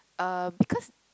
uh because